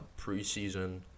preseason